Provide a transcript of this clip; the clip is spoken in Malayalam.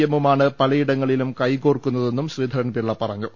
എമ്മുമാണ് പലയിടങ്ങളിലും കൈകോർക്കുന്നതെന്നും ശ്രീധ രൻപിള്ള പറഞ്ഞു